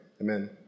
amen